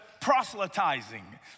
proselytizing